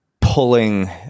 pulling